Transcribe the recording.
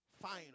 final